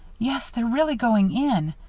yes, they're really going in.